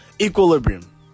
equilibrium